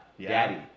Daddy